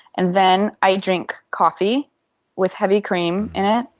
and then i drink coffee with heavy cream in it.